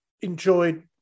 enjoyed